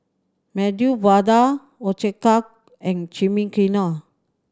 Medu Vada Ochazuke and Chimichangas